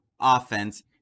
offense